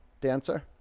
dancer